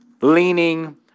leaning